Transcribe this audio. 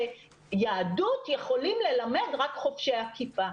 שיהדות יכולים ללמד רק חובשי הכיפה.